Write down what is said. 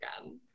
again